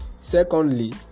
Secondly